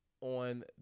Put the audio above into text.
on